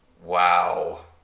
Wow